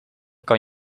kan